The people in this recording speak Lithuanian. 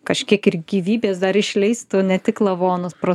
kažkiek ir gyvybės dar išleistų ne tik lavonus pro